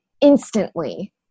instantly